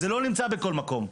זה לא נמצא בכל מקום.